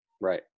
Right